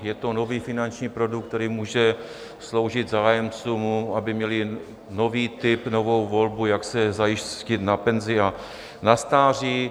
Je to nový finanční produkt, který může sloužit zájemcům, aby měli nový typ, novou volbu, jak se zajistit na penzi a na stáří.